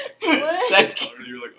Second